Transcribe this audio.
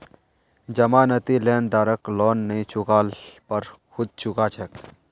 जमानती लेनदारक लोन नई चुका ल पर खुद चुका छेक